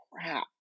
crap